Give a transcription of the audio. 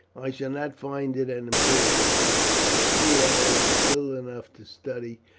i shall not find it an imprisonment, beric said. three hours is little enough to study,